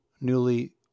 newly